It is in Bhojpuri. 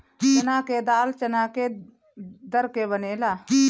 चना के दाल चना के दर के बनेला